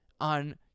on